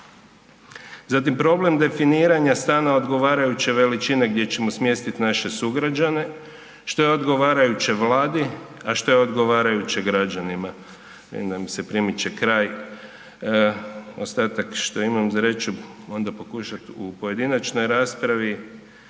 Zatim problem definiranja stana odgovarajuće veličine gdje ćemo smjestiti naše sugrađane, što je odgovarajuće Vladi, a što je odgovarajuće građanima? Vidim da mi se primiče kraj, ostatak što imam za reći ću onda pokušati u pojedinačnoj raspravi,